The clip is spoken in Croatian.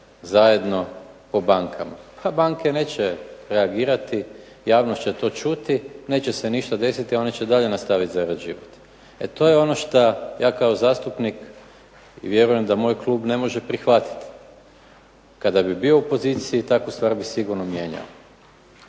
zajedno o bankama. Pa banke neće reagirati. Javnost će to čuti. Neće se ništa desiti. One će dalje nastaviti zarađivati. E to je ono što ja kao zastupnik i vjerujem da moj klub ne može prihvatiti. Kada bi bio u poziciji takvu stvar bi sigurno mijenjao.